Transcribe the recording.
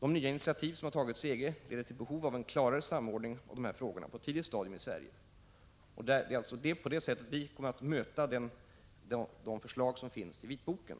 De nya initiativ som tagits i EG leder till behov av en klarare samordning av de här frågorna på ett tidigt stadium i Sverige. Det är på det sättet vi kommer att möta de förslag som finns i vitboken.